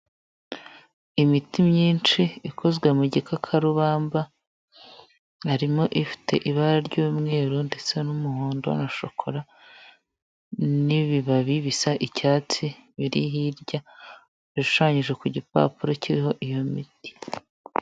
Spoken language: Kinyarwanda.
Imiti myinshi ikozwe mu gikakarubamba harimo ifite ibara ry'umweru ndetse n'umuhondo na shokora n'ibibabi bisa icyatsi biri hirya bishushanyije kuri icyo gipapuro kiriho iyo miti.